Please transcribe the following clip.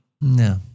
No